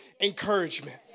encouragement